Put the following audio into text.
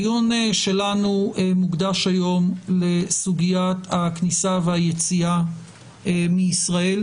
הדיון שלנו מוקדש היום לסוגיית הכניסה והיציאה מישראל,